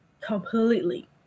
completely